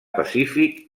pacífic